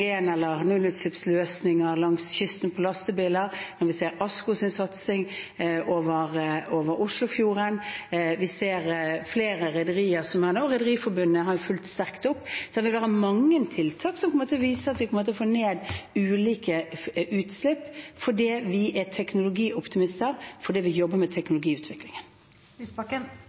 eller nullutslippsløsninger langs kysten på lastebiler, når vi ser ASKOs satsing over Oslofjorden. Vi ser flere rederier som har det, og Rederiforbundet har fulgt sterkt opp. Det vil være mange tiltak som kommer til å vise at vi kommer til å få ned ulike utslipp fordi vi er teknologioptimismer, fordi vi jobber med